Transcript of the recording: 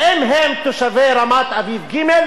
האם הם תושבי רמת-אביב ג'?